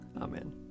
Amen